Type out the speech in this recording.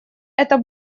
это